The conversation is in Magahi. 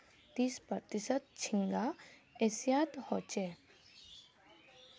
तीस प्रतिशत झींगा एशियात ह छे